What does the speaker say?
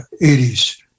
80s